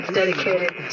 dedicated